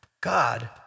God